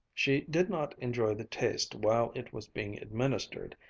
she did not enjoy the taste while it was being administered,